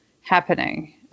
happening